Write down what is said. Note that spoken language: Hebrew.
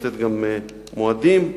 גם מועדים.